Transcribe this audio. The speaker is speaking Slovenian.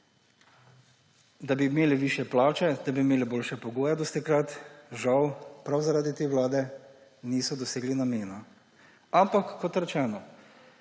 da bi imeli višje plače, da bi imeli boljše pogoje, dostikrat žal prav zaradi te vlade niso dosegli namena. Ampak kot rečeno,